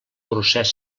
procés